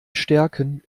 stärken